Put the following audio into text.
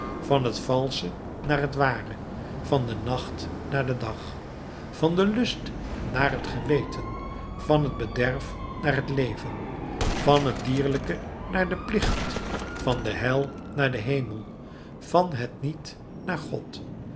van het valsche naar het ware van den nacht naar den dag van den lust naar het geweten van het bederf naar het leven van het dierlijke naar den plicht van de hel naar den hemel van het niet naar god